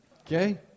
Okay